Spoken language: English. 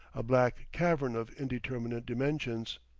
a black cavern of indeterminate dimensions.